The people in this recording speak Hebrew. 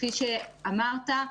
כפי שאמרת,